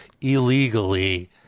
illegally